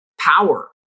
power